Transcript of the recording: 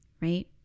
Right